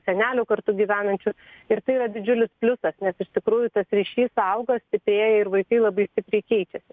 senelių kartu gyvenančių ir tai yra didžiulis pliusas nes iš tikrųjų tas ryšys auga stiprėja ir vaikai labai stipriai keičiasi